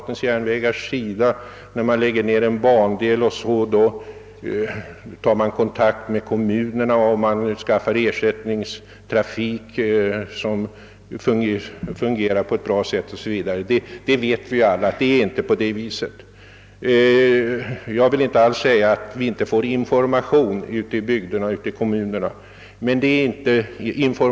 Man kan inte bara säga att när en bandel lägges ned tar man kontakt med kommunerna och ordnar med ersättningstrafik etc. Vi vet alla att det inte är så. Jag påstår inte att vi inte får informationer ute i bygderna, men informationer räc ker inte.